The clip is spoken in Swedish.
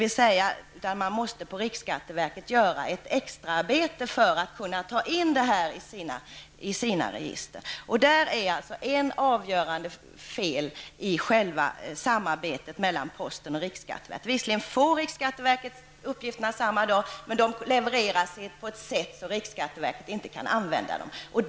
Riksskatteverket måste alltså göra ett extraarbete för att kunna ta in dessa uppgifter i sina register. Detta är alltså ett avgörande fel i själva samarbetet mellan posten och riksskatteverket. Visserligen får riksskatteverket uppgifterna samma dag, men de levereras på ett sådant sätt att riksskatteverket inte kan använda dem.